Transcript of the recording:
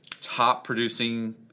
top-producing